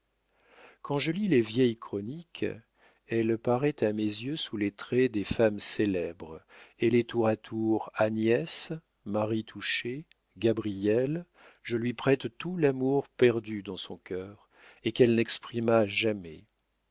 quand je lis les vieilles chroniques elle paraît à mes yeux sous les traits des femmes célèbres elle est tour à tour agnès marie touchet gabrielle je lui prête tout l'amour perdu dans son cœur et qu'elle n'exprima jamais